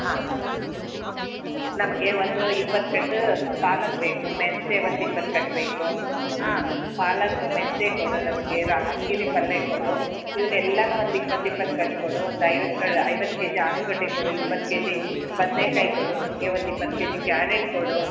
ಹಾಂ ನಮಗೆ ಒಂದು ಇಪ್ಪತ್ತು ಕಟ್ಟು ಪಾಲಕ್ ಬೇಕು ಮೆಂತ್ಯೆ ಒಂದು ಇಪ್ಪತ್ತು ಕಟ್ಟು ಬೇಕು ಹಾಂ ಪಾಲಕು ಮೆಂತ್ಯೆ ಕೊಡು ನಮಗೆ ರಾಜಗಿರಿ ಪಲ್ಯೆ ಕೊಡು ಇವ್ನೆಲ್ಲಾನು ಒಂದು ಇಪ್ಪತ್ತು ಇಪ್ಪತ್ತು ಕಟ್ಟು ಕೊಡು ಒಂದು ಐವತ್ತು ಐವತ್ತು ಕೆ ಜಿ ಆಲೂಗಡ್ಡೆ ಕೊಡು ಇಪ್ಪತ್ತು ಕೆ ಜಿ ಬದ್ನೇಕಾಯಿ ಕೊಡು ನಮಗೆ ಒಂದು ಇಪ್ಪತ್ತು ಕೆ ಜಿ ಕ್ಯಾರಟ್ ಕೊಡು